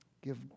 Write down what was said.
give